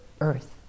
earth